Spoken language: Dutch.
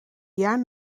jaar